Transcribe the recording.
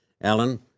Alan